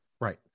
Right